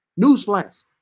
Newsflash